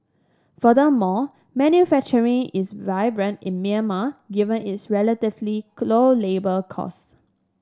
furthermore manufacturing is viable in Myanmar given its relatively low labour costs